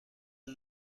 این